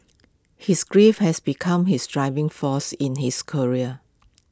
his grief has become his driving force in his career